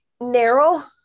Narrow